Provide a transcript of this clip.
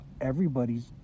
Everybody's